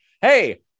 hey